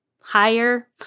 higher